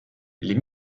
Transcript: les